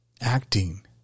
acting